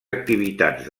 activitats